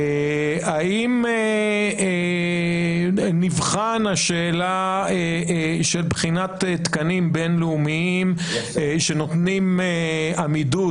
האם נבחן השאלה של בחינת תקנים בין-לאומיים שנותנים עמידות